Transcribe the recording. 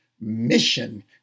mission